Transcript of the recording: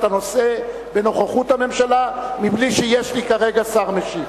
הנושא בנוכחות הממשלה מבלי שיש לי כרגע שר משיב.